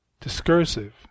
discursive